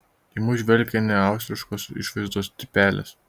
į mus žvelgė neaustriškos išvaizdos tipelis